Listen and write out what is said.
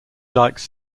likes